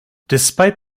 despite